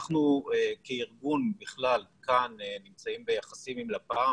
אנחנו כארגון בכלל נמצאים ביחסים עם לפ"מ